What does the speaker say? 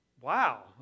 wow